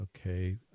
Okay